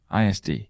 ISD